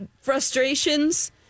frustrations